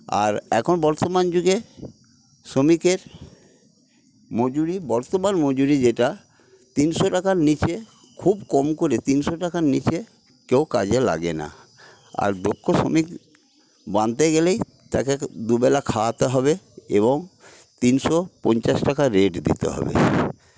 আর এখন বর্তমানযুগে শ্রমিকের মজুরি বর্তমান মজুরি যেটা তিনশো টাকার নিচে খুব কম করে তিনশো টাকার নিচে কেউ কাজে লাগে না আর দক্ষ শ্রমিক বাঁধতে গেলেই তাকে দুবেলা খাওয়াতে হবে এবং তিনশো পঞ্চাশ টাকা রেট দিতে হবে